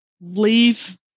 leave